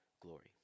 glory